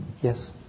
Yes